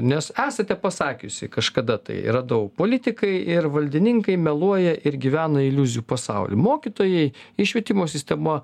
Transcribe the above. nes esate pasakiusi kažkada tai yra daug politikai ir valdininkai meluoja ir gyvena iliuzijų pasaulyje mokytojai ir švietimo sistema